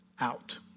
out